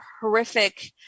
horrific